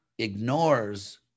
ignores